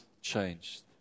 changed